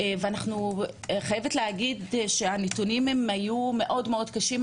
ואני חייבת להגיד שהנתונים היו מאוד מאוד קשים,